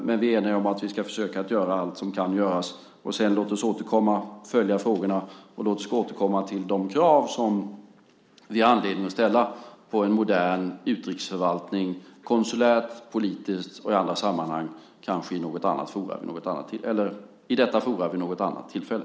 Men vi är eniga om att vi ska försöka göra allt som kan göras. Låt oss följa frågorna och låt oss återkomma till de krav som vi har anledning att ställa på en modern utrikesförvaltning, konsulärt, politiskt och i andra sammanhang, kanske i detta forum vid något annat tillfälle.